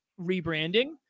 rebranding